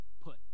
put